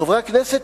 חברי הכנסת,